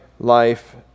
Life